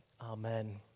amen